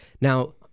Now